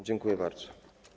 Dziękuję bardzo.